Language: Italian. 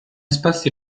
esposti